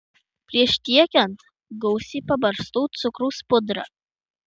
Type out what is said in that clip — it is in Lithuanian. prieš tiekiant gausiai pabarstau cukraus pudra